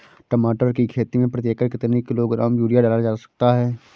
टमाटर की खेती में प्रति एकड़ कितनी किलो ग्राम यूरिया डाला जा सकता है?